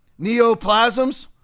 neoplasms